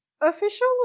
official